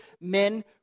men